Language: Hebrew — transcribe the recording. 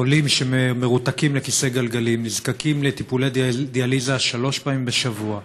חולים שמרותקים לכיסא גלגלים נזקקים לטיפולי דיאליזה שלוש פעמים בשבוע.